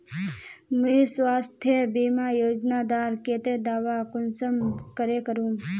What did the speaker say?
मुई स्वास्थ्य बीमा योजना डार केते दावा कुंसम करे करूम?